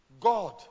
God